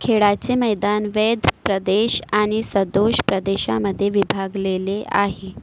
खेळाचे मैदान वैध प्रदेश आणि सदोष प्रदेशामध्ये विभागलेले आहे